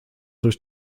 durch